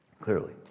clearly